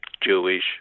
Jewish